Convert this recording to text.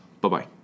Bye-bye